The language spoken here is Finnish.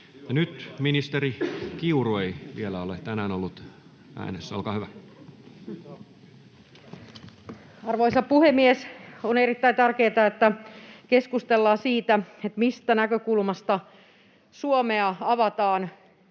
Ja ministeri Kiuru ei vielä tänään ole ollut äänessä. — Olkaa hyvä. Arvoisa puhemies! On erittäin tärkeätä, että keskustellaan siitä, mistä näkökulmasta Suomea avataan,